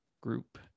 group